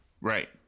Right